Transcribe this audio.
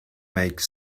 make